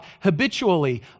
habitually